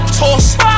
toss